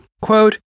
Quote